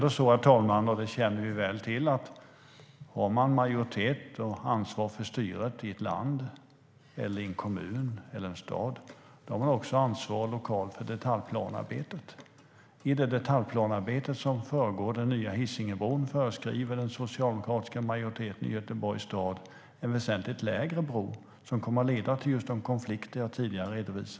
Det är ändå så, vilket vi känner till väl, att om man har majoritet och ansvar för styret i ett land, en kommun eller en stad har man också ansvar lokalt för detaljplanearbetet. I det detaljplanearbete som föregår den nya Hisingebron föreskriver den socialdemokratiska majoriteten i Göteborgs stad en väsentligt lägre bro, vilket kommer att leda till just de konflikter som jag tidigare redovisade.